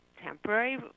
temporary